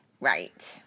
Right